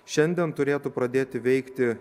šiandien turėtų pradėti veikti